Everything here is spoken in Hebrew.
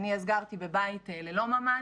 אני אז גרתי בבית ללא ממ"ד,